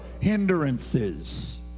hindrances